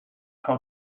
how